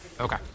Okay